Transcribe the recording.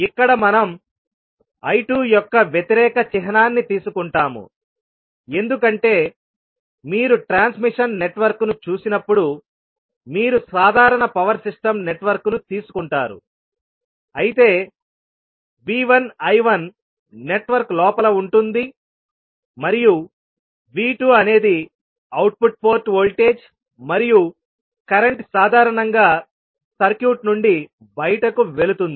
ఇక్కడ మనం I2 యొక్క వ్యతిరేక చిహ్నాన్ని తీసుకుంటాము ఎందుకంటే మీరు ట్రాన్స్మిషన్ నెట్వర్క్ను చూసినప్పుడు మీరు సాధారణ పవర్ సిస్టమ్ నెట్వర్క్ను తీసుకుంటారు అయితే V1 I1 నెట్వర్క్ లోపల ఉంటుంది మరియు V2 అనేది అవుట్పుట్ పోర్ట్ వోల్టేజ్ మరియు కరెంట్ సాధారణంగా సర్క్యూట్ నుండి బయటకు వెళ్తుంది